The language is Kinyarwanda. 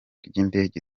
ry’indege